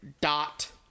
dot